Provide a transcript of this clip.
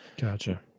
Gotcha